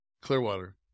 Clearwater